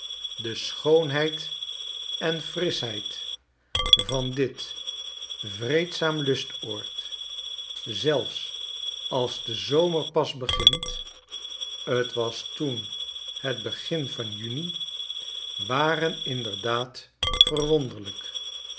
de schoonheid en frischheid van dit vreedzaam lustoord zelfs als de zomer pas begint t was toen het begin van juni waren inderdaad verwonderlijk